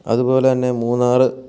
അതുപോലെ തന്നെ മൂന്നാറ്